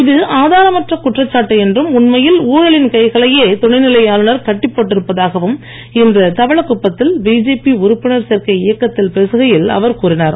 இது ஆதரமற்ற குற்றச்சாட்டு என்றும் உண்மையில் ஊழலின் கைகளையே துணைநிலை போட்டிருப்பதாகவும் இன்று தவளக்குப்பத்தில் பிஜேபி உறுப்பினர் சேர்க்கை இயக்கத்தில் பேசுகையில் அவர் கூறினார்